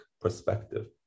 perspective